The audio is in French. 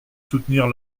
soutenir